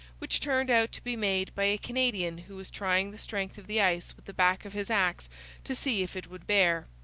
which turned out to be made by a canadian who was trying the strength of the ice with the back of his axe to see if it would bear.